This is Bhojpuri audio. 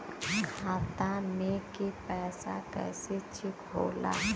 खाता में के पैसा कैसे चेक होला?